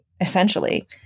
essentially